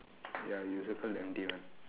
ya you circle the empty one